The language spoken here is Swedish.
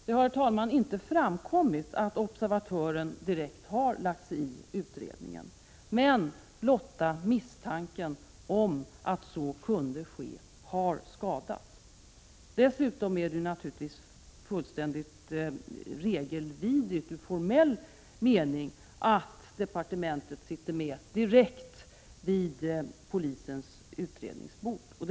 Det har, herr talman, inte framkommit att observatören har lagt sig i utredningen, men blotta misstanken om att så kunde ske har skadat. Dessutom är det fullständigt regelvidrigt i formell mening att departementet sitter med direkt vid polisens utredningsbord.